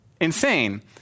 insane